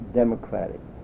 democratic